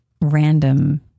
random